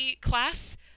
class